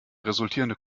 resultierende